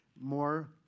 more